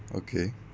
okay